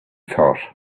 thought